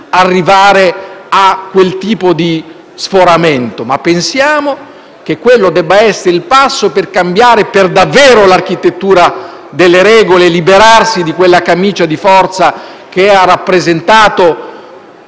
arrivare a quel tipo di sforamento, ma pensiamo che quello debba essere il passo per cambiare davvero l'architettura delle regole e liberarsi di quella camicia di forza che la politica